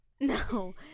No